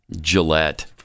Gillette